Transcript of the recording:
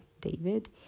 David